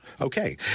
Okay